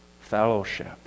fellowship